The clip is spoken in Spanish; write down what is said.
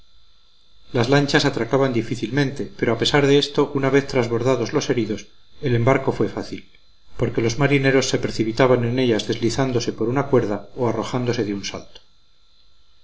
las lanchas atracaban difícilmente pero a pesar de esto una vez trasbordados los heridos el embarco fue fácil porque los marineros se precipitaban en ellas deslizándose por una cuerda o arrojándose de un salto